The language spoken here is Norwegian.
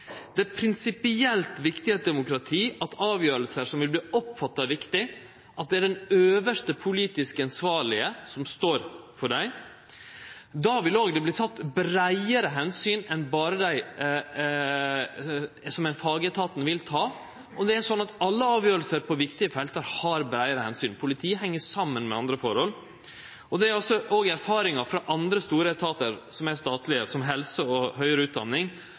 Det er prinsipielt viktig i eit demokrati at det er den øvste politiske ansvarlege som står for avgjerder som vert oppfatta som viktige. Då vil ein òg ta breiare omsyn enn berre dei som fagetaten vil ta. Alle avgjerder på viktige felt vil ha vide omsyn, og politiet har samanheng med andre forhold. Dette er også erfaringane frå andre store statlege etatar, som innan helse og